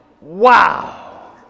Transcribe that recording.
wow